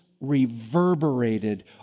reverberated